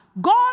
God